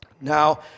Now